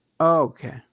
Okay